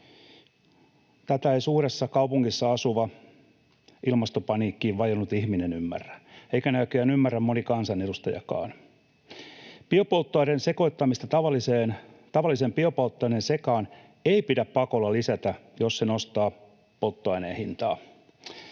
Tätä ei suuressa kaupungissa asuva ilmastopaniikkiin vajonnut ihminen ymmärrä — eikä näköjään ymmärrä moni kansanedustajakaan. Biopolttoaineen sekoittamista tavallisen polttoaineen sekaan ei pidä pakolla lisätä, jos se nostaa polttoaineen hintaa.